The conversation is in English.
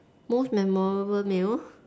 most memorable meal